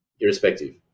irrespective